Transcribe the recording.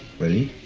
really?